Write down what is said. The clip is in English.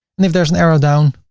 and if there's an arrow down,